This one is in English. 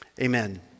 amen